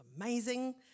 Amazing